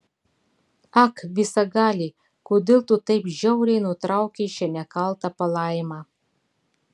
ak visagali kodėl tu taip žiauriai nutraukei šią nekaltą palaimą